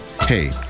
Hey